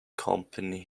company